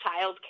childcare